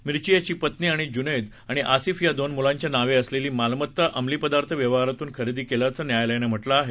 मिरची याची पत्नी आणि जुनैद आणि आसिफ या दोन मुलांच्या नावे असलेली मालमत्ता अंमली पदार्थ व्यवहारातून खरेदी केल्याचं न्यायालयानं म्हटलं आहे